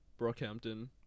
Brockhampton